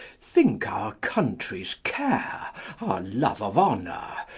think our country's care, our love of honour,